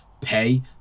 pay